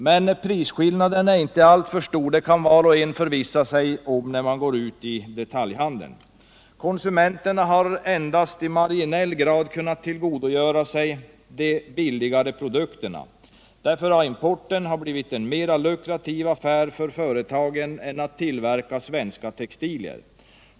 Men prisskillnaden är inte alltför stor. Det kan var och en förvissa sig om när man går ut i detaljhandeln. Konsumenterna har endast i marginell grad kunnat tillgodogöra sig de billigare produkterna. Därför har importen blivit en mera lukrativ affär för företagen än att tillverka svenska textilier.